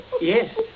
yes